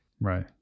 Right